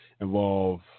involve